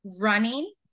running